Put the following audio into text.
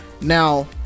Now